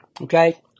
Okay